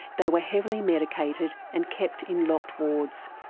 they were heavily medicated and kept in locked wards.